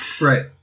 Right